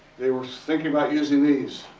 they were thinking about using these,